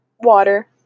water